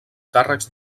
càrrecs